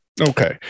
Okay